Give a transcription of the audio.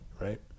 Right